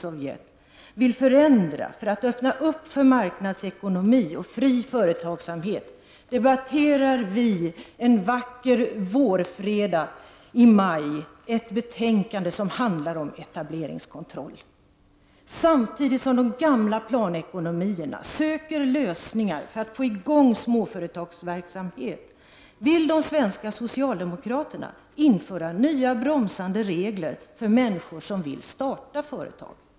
Sovjetunionen, vill förändra för att öppna möjligheter för marknadsekonomi och fri företagsamhet debatterar vi här en vacker vårfredag i maj ett betänkande som handlar om etableringskontroll. Samtidigt som de gamla planekonomierna söker lösningar för att få i gång småföretagsamhet, vill de svenska socialdemokraterna införa nya bromsande regler för människor som vill starta företag!